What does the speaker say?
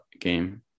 game